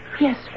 Yes